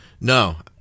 no